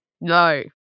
No